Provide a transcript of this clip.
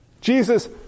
Jesus